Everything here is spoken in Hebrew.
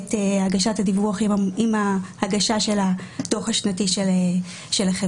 את הגשת הדיווח עם הגשה של הדוח השנתי של החברה.